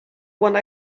one